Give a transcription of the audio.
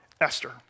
Esther